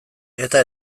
eta